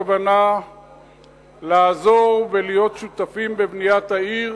מתוך כוונה לעזור ולהיות שותפים בבניית העיר,